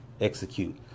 execute